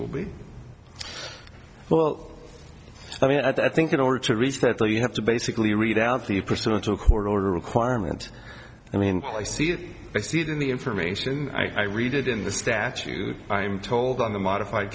will be well i mean i think in order to reach that there you have to basically read out the pursuant to a court order requirement i mean i see it i see it in the information i read it in the statute i'm told on the modified